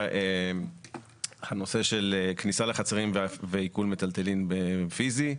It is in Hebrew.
נושא הכניסה לחצרים ועיקול מיטלטלין פיזי: